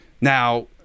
Now